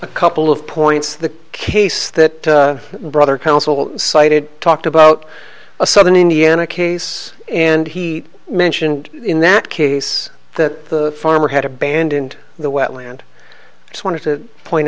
a couple of points the case that brother council cited talked about a southern indiana case and he mentioned in that case that the farmer had abandoned the wetland just wanted to point